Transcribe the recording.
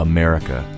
America